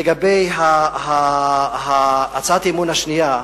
לגבי הצעת האי-אמון השנייה,